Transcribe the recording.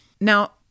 Now